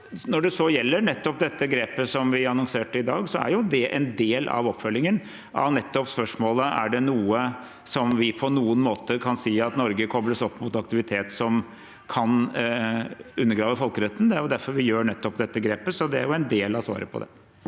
Når det så gjelder nettopp dette grepet som vi annonserte i dag, er det en del av oppfølgingen av nettopp spørsmålet: Er det noe som på noen måte kan si at Norge kobles opp mot aktivitet som kan undergrave folkeretten? Det er derfor vi tar nettopp dette grepet. – Så det er en del av svaret på det.